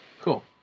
Cool